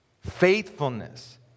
Faithfulness